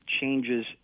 changes